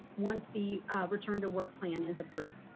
once the return to work plan is approved.